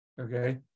Okay